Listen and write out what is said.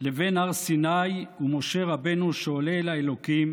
לבין הר סיני ומשה רבנו שעולה אל האלוקים